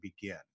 begin